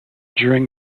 during